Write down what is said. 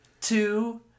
two